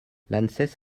l’anses